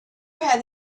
had